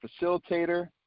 facilitator